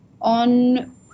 on